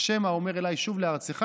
ה' האומר אלי שוב לארצך,